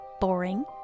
Boring